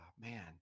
Man